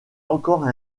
encore